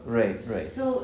right right